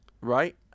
right